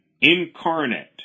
incarnate